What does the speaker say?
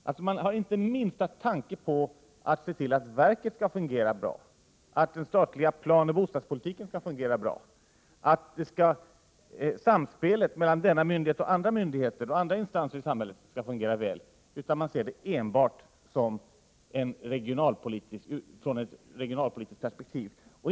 Man har alltså inte minsta tanke på att se till att verket skall fungera bra, att den statliga planoch bostadspolitiken skall fungera bra, att samspelet mellan denna myndighet och andra myndigheter och instanser i samhället 63 skall fungera väl, utan man ser det enbart i ett regionalpolitiskt perspektiv.